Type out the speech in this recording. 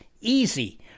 easy